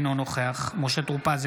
אינו נוכח משה טור פז,